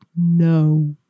No